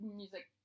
music